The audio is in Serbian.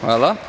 Hvala.